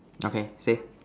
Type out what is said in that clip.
okay say